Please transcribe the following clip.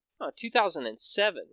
2007